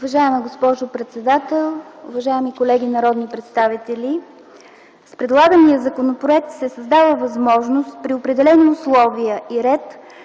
Уважаема госпожо председател, уважаеми колеги народни представители! С предлагания законопроект се създава възможност при определени условия и ред